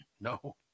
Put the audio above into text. No